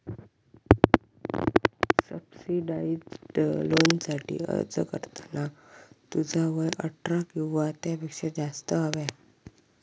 subsidised लोनसाठी अर्ज करताना तुझा वय अठरा किंवा त्यापेक्षा जास्त हव्या